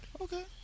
Okay